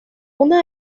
una